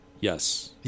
Yes